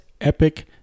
epic